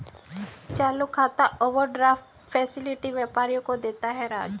चालू खाता overdraft facility व्यापारियों को देता है राज